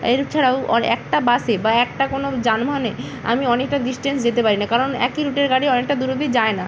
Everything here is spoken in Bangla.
এ ছাড়াও ওর একটা বাসে বা একটা কোনো যানবাহনে আমি অনেকটা ডিসটেন্স যেতে পারি না কারণ একই রুটের গাড়ি অনেকটা দূর অবধি যায় না